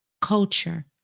culture